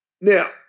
Now